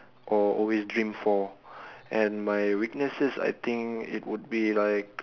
or always dream for and my weaknesses I think it would be like